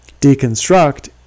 deconstruct